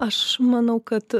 aš manau kad